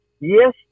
yes